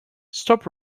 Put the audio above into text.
stop